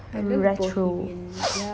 and retro